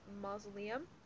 mausoleum